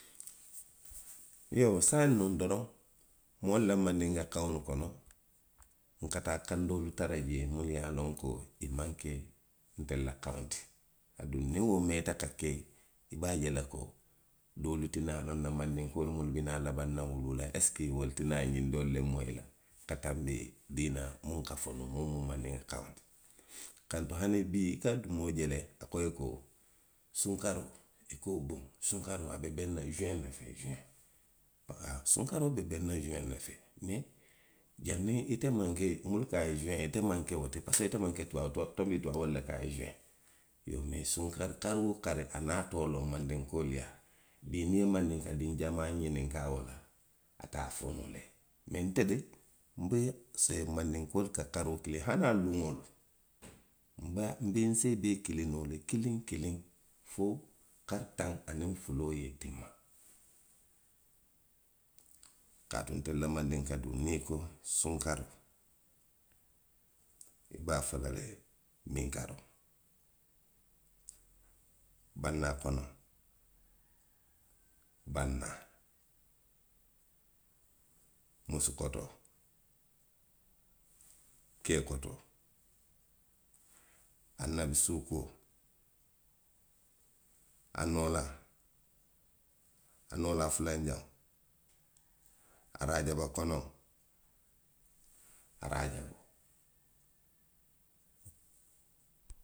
Iyoo saayiŋ noŋ doroŋ moolu la mandinka kaŋolu kono, nka taa kaŋ doolu tara jee. muunu ye a loŋ ko, i maŋ ke ntelu kaŋo ti. Aduŋ niŋ wo meeta ka ke. i be a je la ko. doolu ti naa loŋ na mandinkoolu munnu bi naa labaŋ na wuluu la esiko wolu ti naa ňiŋ doolu le moyi la. ka tanbi diina muŋ ka fo nuŋ, muŋ mu mandinka kaŋo ti. Kantu hani bii. i ka moo je le. a ko i ye ko suukaroo, i ko duŋ, suukaroo, a be beŋ na suweŋ ne fee, suweŋ, haa. Sunkaroo be beŋ nasuwew ne fee. mee. janniŋ, ite maŋ ke munnu ko a ye suweŋ, ite maŋ ke wo ti parisiko ite maŋ ke tubaaboo ti, tubaabu, tonbi tubaaboolu le ko a ye suweŋ? Iyoo mee sunkari, kari woo kari a niŋ a too loŋ mandinkoolu yaa. Bii niŋ i ye mandinka diŋo jamaa ňininkaa wo la. ate a fo noo la i ye. Mee nte de. nbe se, mandinkoolu ka karoo kili, hani a luŋolu, nbe a, nbe, nse i bee kili noo le kiliŋ kiliŋ fo kari taŋ a niŋ fuloo ye tinma kaatu ntelu la mandinkaduu, niw i ko:sunkaroo. i be a fola le minkaroo, bannaa konoŋo. bannaa. musu kotoo. kee kotoo. Anabisuukuo, a noolaa. a noolaa fulanjaŋo. araajaba konoŋo, araajaboo.